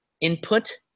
input